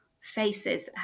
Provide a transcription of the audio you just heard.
faces